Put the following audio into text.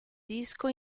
disco